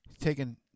taking